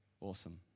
Awesome